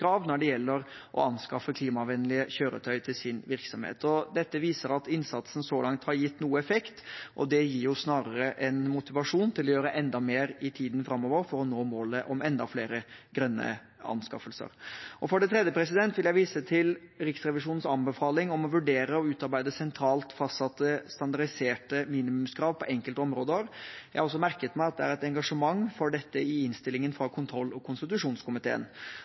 når det gjelder å anskaffe klimavennlige kjøretøy til sin virksomhet. Dette viser at innsatsen så langt har gitt noe effekt, og det gir snarere en motivasjon til å gjøre enda mer i tiden framover for å nå målet om enda flere grønne anskaffelser. For det tredje vil jeg vise til Riksrevisjonens anbefaling om å vurdere å utarbeide sentralt fastsatte, standardiserte minimumskrav på enkelte områder. Jeg har også merket meg at det er et engasjement for dette i innstillingen fra kontroll- og konstitusjonskomiteen.